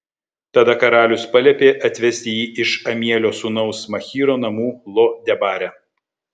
tada karalius paliepė atvesti jį iš amielio sūnaus machyro namų lo debare